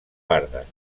pardas